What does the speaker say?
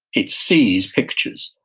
it sees pictures,